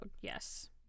Yes